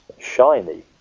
shiny